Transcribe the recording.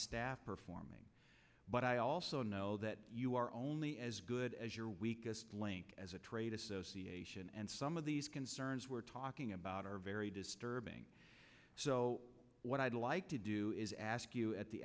staff performing but i also know that you are only as good as your weakest link as a trade association and some of these concerns we're talking about are very disturbing so what i'd like to do is ask you at the